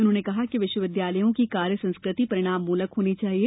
उन्होंने कहा कि विश्वविद्यालयों की कार्य संस्कृति परिणाममुलक होना चाहिये